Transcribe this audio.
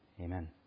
Amen